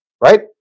right